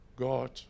God